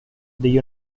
the